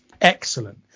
excellent